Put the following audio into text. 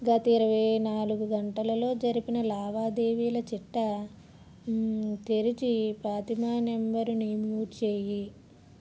గత ఇరువై నాలుగు గంటలలో జరిపిన లావాదేవీల చిట్టా తెరచి ఫాతిమా నంబరుని మ్యూట్ చేయి